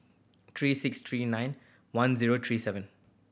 three six three nine one zero three seven